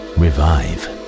revive